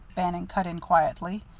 bannon cut in quietly.